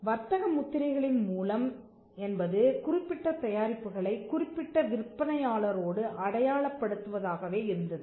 எனவே வர்த்தக முத்திரைகளின் மூலம் என்பது குறிப்பிட்ட தயாரிப்புகளை குறிப்பிட்ட விற்பனையாளரோடு அடையாளப்படுத்துவதாகவே இருந்தது